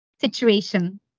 situation